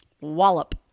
wallop